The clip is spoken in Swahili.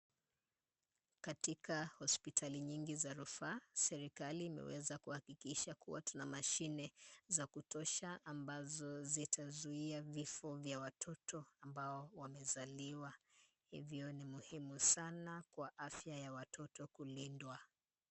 Katika hospitali nyingi za rufaa, serikali imeweza kuhakikisha kuwa tuna mashine za kutosha ambazo zitazuia vifo vya watoto ambao wamezaliwa. Hio ni muhimu sana kwa afya ya watoto kulindwa.